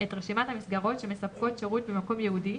את רשימת המסגרות שמספקות שירות במקום ייעודי